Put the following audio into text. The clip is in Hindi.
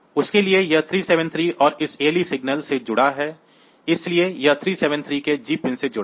उसके लिए यह 373 और इस ALE सिग्नल से जुड़ा है इसलिए यह 373 के G पिन से जुड़ा है